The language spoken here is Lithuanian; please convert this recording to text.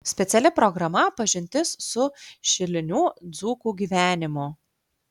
speciali programa pažintis su šilinių dzūkų gyvenimu